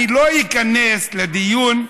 אני לא איכנס לדיון,